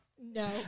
No